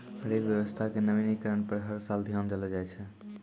rail व्यवस्था के नवीनीकरण पर हर साल ध्यान देलो जाय छै